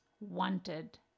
wanted